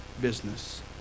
business